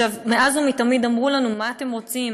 מאז ומתמיד אמרו לנו: מה אתם רוצים?